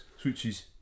switches